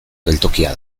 geltokia